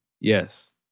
yes